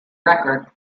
record